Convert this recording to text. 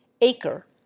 Acre